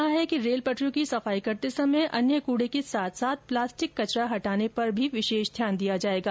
rail मंत्रालय ने कहा है कि रेल पटरियों की सफाई करते समय अन्य कूडे के साथ साथ प्लास्टिक कचरा हटाने पर विशेष ध्यान दिया जाएगा